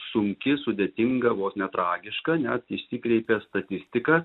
sunki sudėtinga vos ne tragiška nes išsikreipia statistika